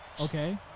okay